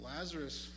Lazarus